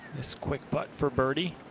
quick putt for birdie.